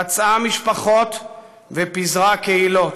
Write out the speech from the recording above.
פצעה משפחות ופיזרה קהילות.